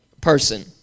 person